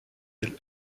elle